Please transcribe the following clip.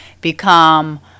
become